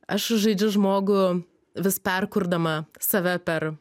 aš žaidžiu žmogų vis perkurdama save per